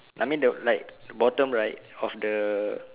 I mean the like bottom right of the